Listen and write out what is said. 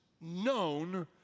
known